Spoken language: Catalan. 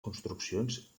construccions